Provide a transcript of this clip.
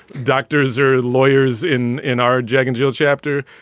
doctors or lawyers in in our jack and jill chapter.